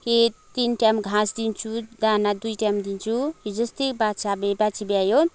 कि तिन टाइम घाँस दिन्छु दाना दुई टाइम दिन्छु हिजो अस्ती बाछा बाछी ब्यायो